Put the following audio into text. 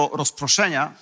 rozproszenia